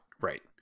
Right